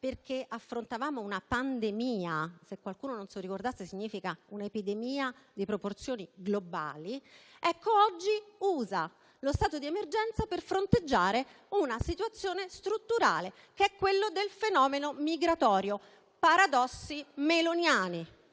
perché affrontavamo una pandemia (se qualcuno non se lo ricordasse, significa un'epidemia di proporzioni globali), oggi usa lo stato d'emergenza per fronteggiare una situazione strutturale, come il fenomeno migratorio. Paradossi meloniani,